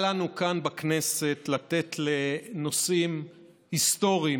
אל לנו כאן בכנסת לתת לנושאים היסטוריים,